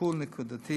טיפול נקודתי